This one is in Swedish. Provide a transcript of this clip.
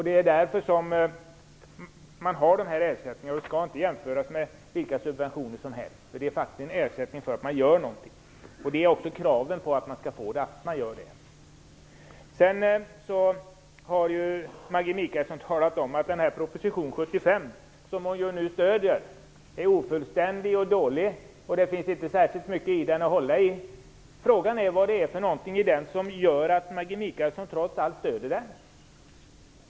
Det är därför de här ersättningarna finns, och de skall inte jämföras med vilka subventioner som helst. De är faktiskt en ersättning för att man gör något, och kravet för att man skall få del av subventionerna är också att man bedriver en viss verksamhet. Maggi Mikaelsson sade också att proposition 75, som hon nu stöder, är ofullständig och dålig och att det inte finns särskilt mycket i den. Frågan är vad det är i den som gör att Maggi Mikaelsson trots allt stöder den.